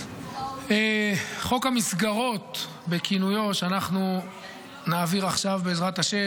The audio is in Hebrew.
חוק המסגרות בכינויו שאנחנו נעביר עכשיו בעזרת השם,